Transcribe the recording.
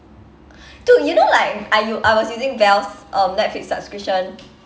dude you know like I u~ I was using vel's um netflix subscription